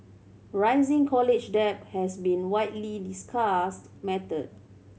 rising college debt has been a widely discussed matter